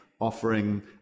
offering